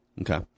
Okay